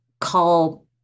call